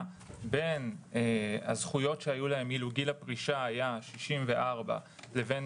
בין הזכויות שהיו להם אילו גיל הפרישה היה 64 לבין